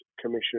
Commission